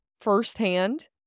firsthand